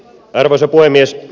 arvoisa puhemies